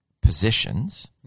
positions